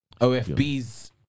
OFB's